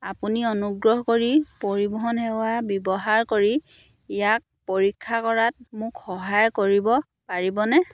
আপুনি অনুগ্ৰহ কৰি পৰিৱহণ সেৱা ব্যৱহাৰ কৰি ইয়াক পৰীক্ষা কৰাত মোক সহায় কৰিব পাৰিবনে